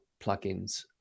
plugins